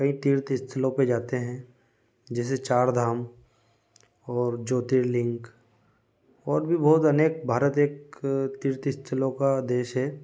कई तीर्थ स्थलों पर जाते हैं जैसे चारधाम और ज्योतिर्लिंग और भी बहुत अनेक भारत एक तीर्थ स्थलों का देश है